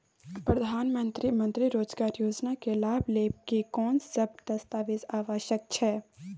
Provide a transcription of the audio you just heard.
प्रधानमंत्री मंत्री रोजगार योजना के लाभ लेव के कोन सब दस्तावेज आवश्यक छै?